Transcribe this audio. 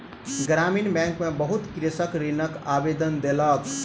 ग्रामीण बैंक में बहुत कृषक ऋणक आवेदन देलक